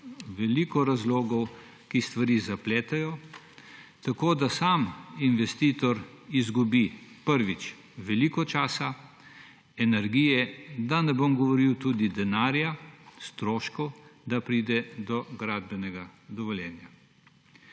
veliko razlogov, ki stvari zapletejo, tako da sam investitor izgubi – prvič, veliko časa, energije, da ne bom govoril tudi denarja, stroškov, da pride do gradbenega dovoljenja.